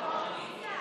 בוא, בוא, תסביר לי.